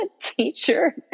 teacher